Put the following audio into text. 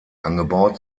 angebaut